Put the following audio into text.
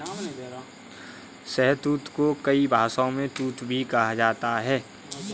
शहतूत को कई भाषाओं में तूत भी कहा जाता है